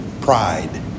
pride